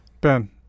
Ben